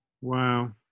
wow